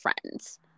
friends